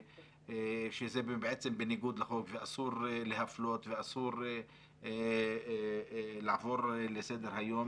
שזה בעצם בניגוד לחוק ואסור להפלות ואסור לעבור לסדר-היום